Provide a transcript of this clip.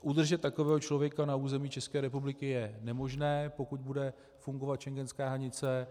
Udržet takového člověka na území České republiky je nemožné, pokud bude fungovat schengenská hranice.